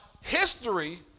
history